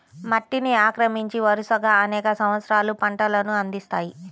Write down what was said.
మట్టిని ఆక్రమించి, వరుసగా అనేక సంవత్సరాలు పంటలను అందిస్తాయి